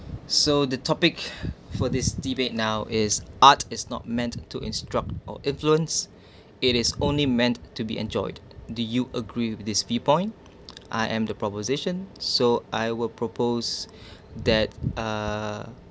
so the topic for this debate now is art is not meant to instruct or influence it is only meant to be enjoyed do you agree with this viewpoint I am the proposition so I will propose that uh